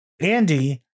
Andy